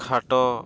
ᱠᱷᱟᱴᱚ